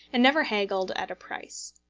and never haggled at a price.